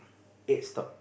eight stop